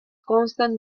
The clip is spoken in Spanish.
constan